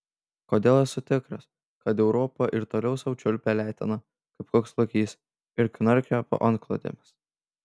kodėl esu tikras kad europa ir toliau sau čiulpia leteną kaip koks lokys ir knarkia po antklodėmis